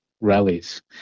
rallies